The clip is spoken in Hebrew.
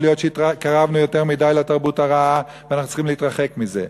יכול להיות שהתקרבנו יותר מדי לתרבות הרעה ואנחנו צריכים להתרחק מזה.